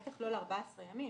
בטח לא ל-14 ימים.